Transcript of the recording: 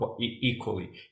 equally